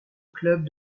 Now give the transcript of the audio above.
club